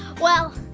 well,